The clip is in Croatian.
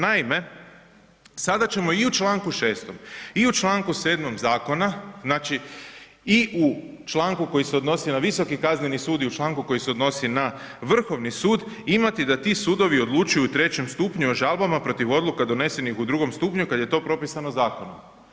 Naime, sada ćemo i u članku 6. i u članku 7. zakona znači i u članku koji se odnosi na Visoki kazneni sud i u članku koji se odnosi na Vrhovni sud imati da ti sudovi odlučuju u trećem stupnju o žalbama protiv odluka donesenih u drugom stupnju kada je to propisano zakonom.